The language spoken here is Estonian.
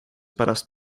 pärast